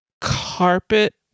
carpet